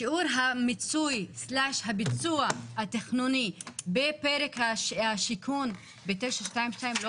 שיעור המיצוי/הביצוע התכנוני בפרק השיכון ב-922 לא